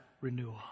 renewal